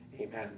Amen